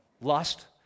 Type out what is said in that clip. lust